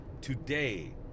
today